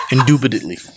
Indubitably